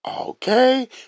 okay